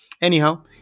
Anyhow